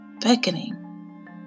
beckoning